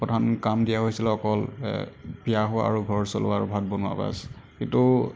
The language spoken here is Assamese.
প্ৰধান কাম দিয়া হৈছিলে অকল বিয়া হোৱা আৰু ঘৰ চলোৱা আৰু ভাত বনোৱা বচ কিন্তু